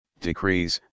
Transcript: decrees